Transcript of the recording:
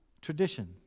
tradition